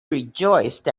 rejoiced